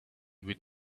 with